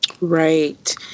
Right